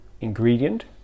ingredient